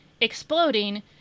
exploding